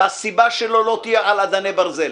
והסיבה שלו לא תהיה על אדני ברזל.